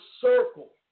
circle